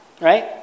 right